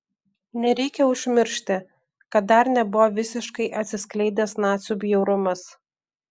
nereikia užmiršti kad dar nebuvo visiškai atsiskleidęs nacių bjaurumas